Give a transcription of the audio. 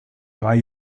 drei